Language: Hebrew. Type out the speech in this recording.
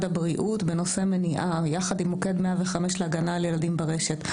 הבריאות בנושא מניעה יחד עם מוקד 105 להגנה על ילדים ברשת,